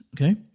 Okay